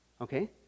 Okay